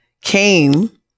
came